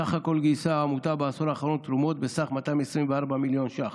סך הכול גייסה העמותה בעשור האחרון תרומות בסך 224 מיליון ש"ח.